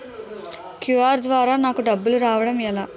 QR ద్వారా నాకు డబ్బులు రావడం ఎలా?